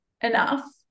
enough